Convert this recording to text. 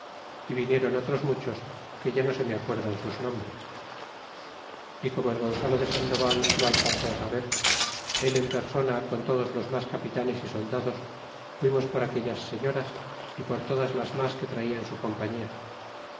y viniéron otros muchos que ya no se me acuerdan sus nombres y como el gonzalo de sandoval lo alcanzó saber él en persona con todos los mas capitanes y soldados fuimos por aquellas señoras y por todas las mas que traía en su compañía